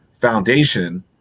foundation